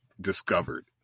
discovered